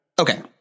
Okay